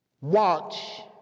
Watch